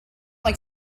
like